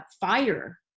fire